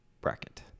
bracket